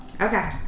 Okay